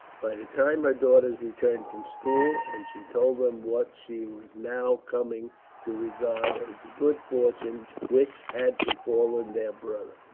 by the time her daughters returned from school and she told them what she was now coming to regard as the good fortune which had befallen their brother.